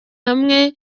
hamwe